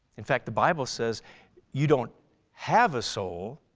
in fact the bible says you don't have a soul,